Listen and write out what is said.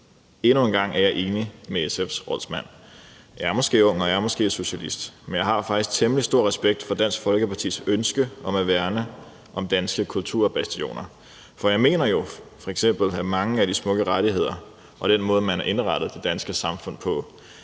Endnu en gang er jeg enig med SF's rådmand. Jeg er måske socialist, men jeg har faktisk temmelig stor respekt for Dansk Folkepartis ønske om at værne om danske kulturbastioner. For jeg mener jo f.eks., at mange af de smukke rettigheder og den måde, man har indrettet det danske samfund på,